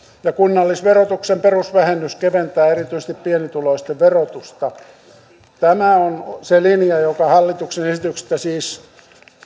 ja kunnallisverotuksen perusvähennys keventää erityisesti pienituloisten verotusta tämä on se linja joka hallituksen esityksestä siis